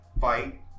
fight